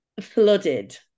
flooded